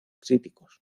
críticos